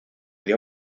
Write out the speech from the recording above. dio